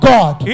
God